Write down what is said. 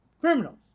Criminals